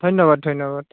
ধন্যবাদ ধন্যবাদ